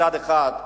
מצד אחד,